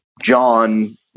John